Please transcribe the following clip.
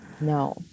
No